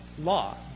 law